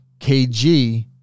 KG